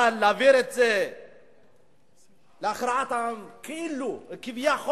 אבל להעביר את זה להכרעת העם כאילו כביכול,